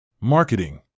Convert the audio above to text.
Marketing